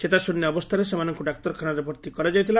ଚେତାଶ୍ରିନ୍ୟ ଅବସ୍ଥାରେ ସେମାନଙ୍କୁ ଡାକ୍ତରଖାନାରେ ଭର୍ତି କରାଯାଇଥିଲା